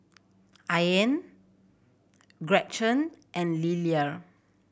Ian Gretchen and Liller